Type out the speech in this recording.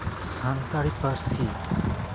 ᱥᱟᱱᱛᱟᱲᱤ ᱯᱟᱹᱨᱥᱤ